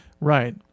right